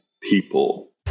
people